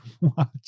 watch